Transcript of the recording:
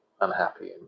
unhappy